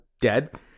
Dead